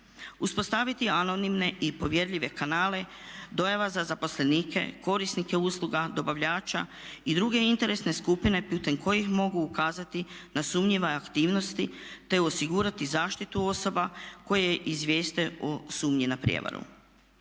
Uspostaviti anonimne i povjerljive kanale dojava za zaposlenike korisnike usluga, dobavljača i druge interesne skupine putem kojih mogu ukazati na sumnjive aktivnosti te osigurati zaštitu osoba koje izvijeste o sumnji na prijevaru.